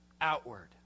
outward